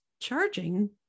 charging